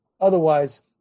Otherwise